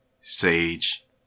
Sage